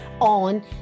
on